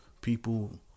people